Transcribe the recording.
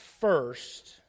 first